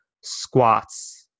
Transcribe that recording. squats